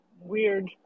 weird